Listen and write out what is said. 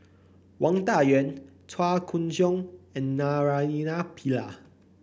Wang Dayuan Chua Koon Siong and Naraina Pillai